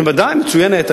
ודאי, מצוינת.